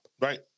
Right